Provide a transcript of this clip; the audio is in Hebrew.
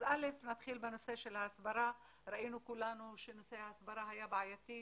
אז נתחיל בנושא של ההסברה ראינו כולנו שנושא ההסברה היה בעייתי,